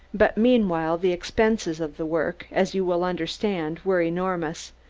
but meanwhile the expenses of the work, as you will understand, were enormous,